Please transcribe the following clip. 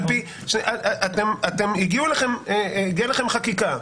הגיעה אליכם חקיקה,